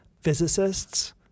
physicists